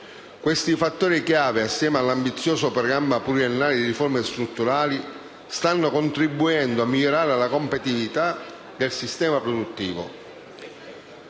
Questi fattori chiave, assieme all'ambizioso programma pluriennale di riforme strutturali, stanno contribuendo a migliorare la competitività del sistema produttivo.